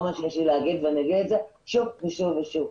אני או מר שוב ושוב ושוב,